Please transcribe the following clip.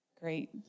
great